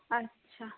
আচ্ছা